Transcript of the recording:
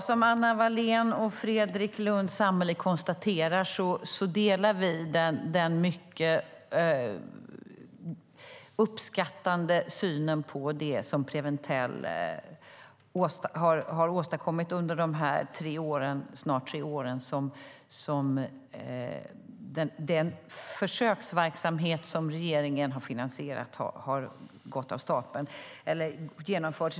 Som Anna Wallén och Fredrik Lundh Sammeli konstaterar delar vi den mycket uppskattande synen på Preventell och det man har åstadkommit under de snart tre år den försöksverksamhet regeringen har finansierat har funnits.